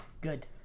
good